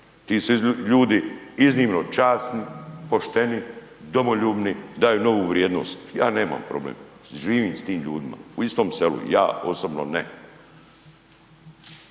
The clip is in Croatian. ti su ljudi iznimno časni, pošteni, domoljubni, daju novu vrijednost. Ja nema problem, živim s tim ljudima u istom selu. Ja osobno ne.